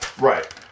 right